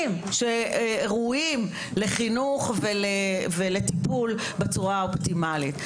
הילדים שראויים לחינוך ולטיפול בצורה האופטימלית?